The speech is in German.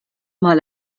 mal